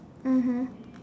mmhmm